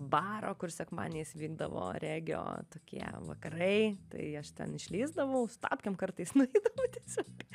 baro kur sekmadieniais vykdavo regio tokie vakarai tai aš ten išlįsdavau su tapkėm kartais nueidavai tiesiog